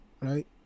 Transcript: right